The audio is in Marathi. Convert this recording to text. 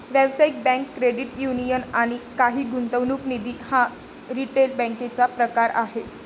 व्यावसायिक बँक, क्रेडिट युनियन आणि काही गुंतवणूक निधी हा रिटेल बँकेचा प्रकार आहे